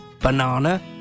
Banana